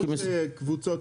קודם כל,